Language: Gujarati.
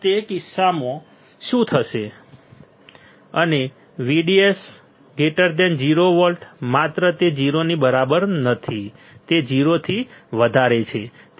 તે કિસ્સામાં શું થશે અને VDS 0 વોલ્ટ માત્ર તે 0 ની બરાબર નથી તે 0 થી વધારે છે